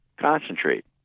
Concentrate